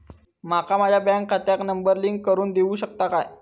माका माझ्या बँक खात्याक नंबर लिंक करून देऊ शकता काय?